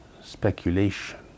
speculation